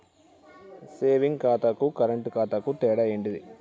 Saving ఖాతాకు current ఖాతాకు తేడా ఏంటిది?